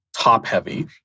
top-heavy